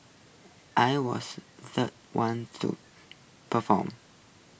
I was the third one to perform